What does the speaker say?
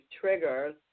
triggers